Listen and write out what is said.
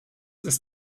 ist